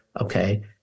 okay